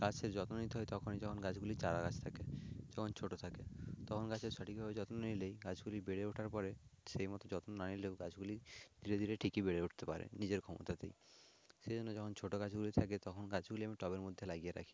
গাছের যত্ন নিতে হয় তখনই যখন গাছগুলি চারা গাছ থাকে যখন ছোটো থাকে তখন গাছের সঠিকভাবে যত্ন নিলেই গাছগুলি বেড়ে ওঠার পরে সেই মতো যত্ন না নিলেও গাছগুলি ধীরে ধরে ঠিকই বেড়ে উঠতে পারে নিজের ক্ষমতাতেই সেই জন্য যখন ছোটো গাছগুলি থাকে তখন গাছগুলি আমি টবের মধ্যে লাগিয়ে রাখি